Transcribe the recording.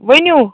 ؤنِو